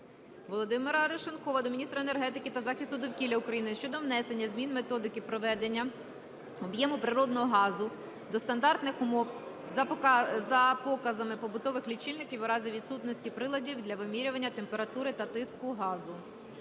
Володимира Арешонкова до міністра енергетики та захисту довкілля України щодо внесення змін Методики приведення об'єму природного газу до стандартних умов за показами побутових лічильників у разі відсутності приладів для вимірювання температури та тиску газу.